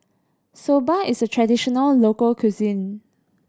soba is a traditional local cuisine